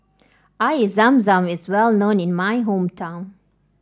Air Zam Zam is well known in my hometown